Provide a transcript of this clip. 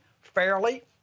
fairly